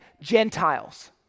Gentiles